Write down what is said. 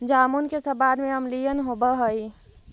जामुन के सबाद में अम्लीयन होब हई